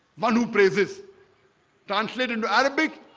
one who praises translated into arabic.